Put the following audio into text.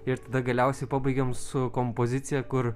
ir tada galiausiai pabaigiam su kompozicija kur